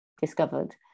discovered